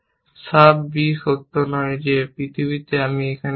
সাফ b সত্য নয় যে পৃথিবীতে আমি এখানে আছে